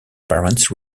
parents